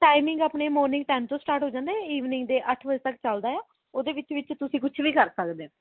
timing ਆਪਣੇ morning time ਤੋਂ start ਹੋ ਜਾਂਦਾ ਹੈ ਈਵਨਿੰਗ ਦੇ ਅੱਠ ਵਜੇ ਤੱਕ ਚੱਲਦਾ ਹੈ ਓਹਦੇ ਵਿੱਚ ਵਿੱਚ ਤੁਸੀਂ ਕੁਝ ਵੀ ਕਰ ਸਕਦੇ ਹੋ